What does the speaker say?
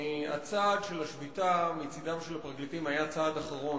הצעד של השביתה מצדם של הפרקליטים היה צעד אחרון.